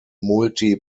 multi